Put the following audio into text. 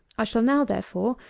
i shall now, therefore,